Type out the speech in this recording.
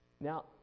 Now